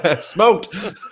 Smoked